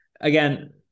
again